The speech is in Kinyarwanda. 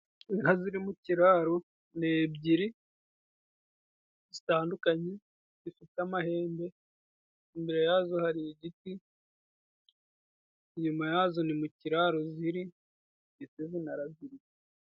Inka ziri mu kiraro ni ebyiri zitandukanye zifite amahembe, imbere yazo hari igiti, inyuma yazo ni mu kiraro ziri ndetse ziranaziritse.